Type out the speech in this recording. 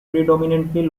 predominantly